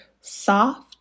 soft